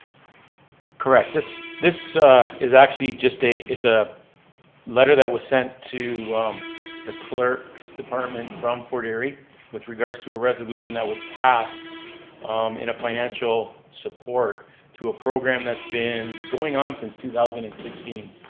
correct, this this is actually just a, it's a letter that was sent to the clerk's department from fort erie with regards to a resolution that was passed in a financial support to a program that's been going on since two thousand and sixteen.